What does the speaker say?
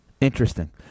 Interesting